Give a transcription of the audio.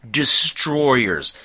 destroyers